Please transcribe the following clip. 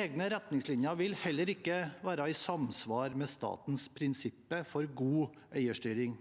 Egne retningslinjer vil heller ikke være i samsvar med statens prinsipper for god eierstyring.